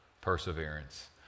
perseverance